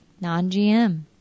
Non-GM